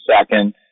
second